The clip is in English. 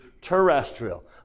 terrestrial